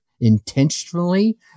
intentionally